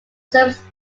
service